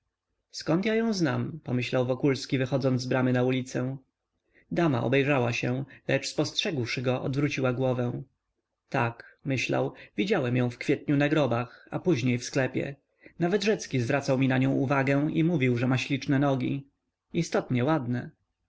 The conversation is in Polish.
ją znam pomyślał wokulski wychodząc z bramy na ulicę dama obejrzała się lecz spostrzegłszy go odwróciła głowę tak myślał widziałem ją w kwietniu na grobach a później w sklepie nawet rzecki zwracał mi na nią uwagę i mówił że ma śliczne nogi istotnie ładne